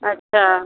अच्छा